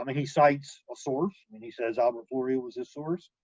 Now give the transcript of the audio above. um he cites a source and he says albert floria was his source.